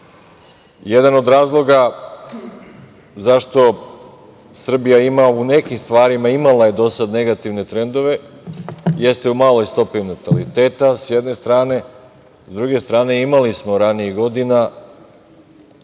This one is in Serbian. Jedan od razloga zašto Srbija ima u nekim stvarima imala je do sada negativne trendove, jeste u maloj stopi nataliteta, s jedne strane, s druge strane imali smo ranijih godina,